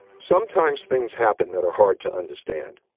sometimes things happen that are hard to understand.